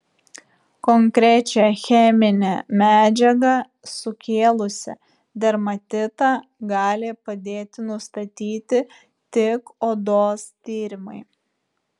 konkrečią cheminę medžiagą sukėlusią dermatitą gali padėti nustatyti tik odos tyrimai